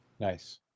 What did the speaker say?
Nice